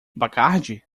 bacardi